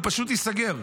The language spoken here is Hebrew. הוא פשוט ייסגר.